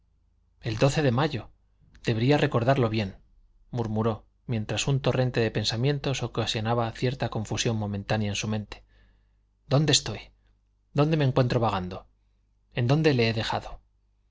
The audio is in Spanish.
el doce de mayo debería recordarlo bien murmuró mientras un torrente de pensamientos ocasionaba cierta confusión momentánea en su mente dónde estoy dónde me encuentro vagando en dónde le he dejado